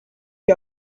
you